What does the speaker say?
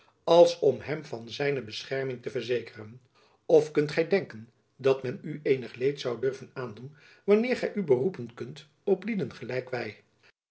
als om hem van zijne bescherming te verzekeren of kunt gy denken dat men u eenig leed zoû durven aandoen wanneer gy u beroepen kunt op lieden gelijk